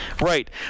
Right